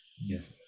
Yes